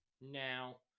now